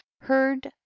heard